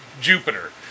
Jupiter